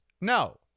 No